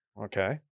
Okay